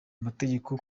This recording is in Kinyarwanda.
amategeko